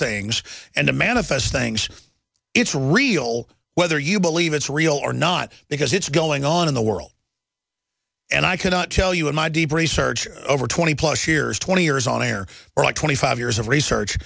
things and to manifest things it's real whether you believe it's real or not because it's going on in the world and i cannot tell you in my deep research over twenty plus years twenty years on air twenty five years of research